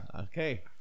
Okay